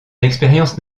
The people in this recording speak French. expérience